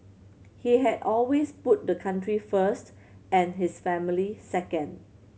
he had always put the country first and his family second